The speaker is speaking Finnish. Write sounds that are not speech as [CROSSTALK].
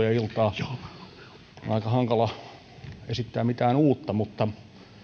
[UNINTELLIGIBLE] ja iltaa on aika hankala esittää mitään uutta mutta